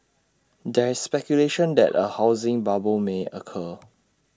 there is speculation that A housing bubble may occur